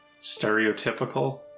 stereotypical